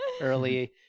early